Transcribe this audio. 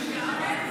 אני יודע,